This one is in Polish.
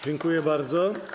Dziękuję bardzo.